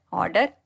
order